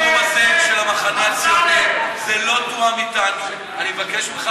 במקום הפנוי לסיעה יכהן חבר הכנסת עיסאווי פריג'; בוועדה,